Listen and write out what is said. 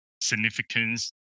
significance